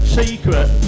secret